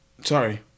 sorry